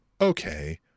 okay